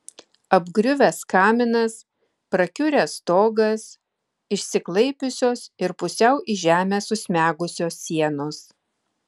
apgriuvęs kaminas prakiuręs stogas išsiklaipiusios ir pusiau į žemę susmegusios sienos